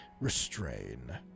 restrain